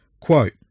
Quote